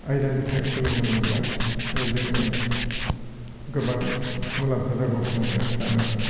आयदानिफ्राय सोलोंनो मोनब्ला ओह जोङो गोबां मुलाम्फा जागौ होन्नानै आं सानो